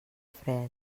fred